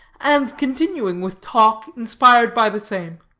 and continuing with talk inspired by the same.